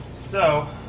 so